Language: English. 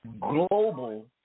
global